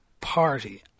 party